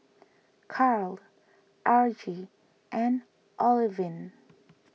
Carl Argie and Olivine